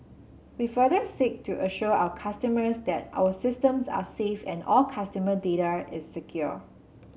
we further seek to assure our customers that our systems are safe and all customer data is secure